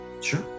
Sure